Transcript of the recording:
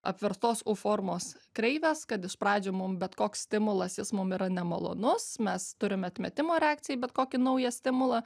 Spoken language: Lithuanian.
apverstos u formos kreivės kad iš pradžių mum bet koks stimulas jis mum yra nemalonus mes turim atmetimo reakciją į bet kokį naują stimulą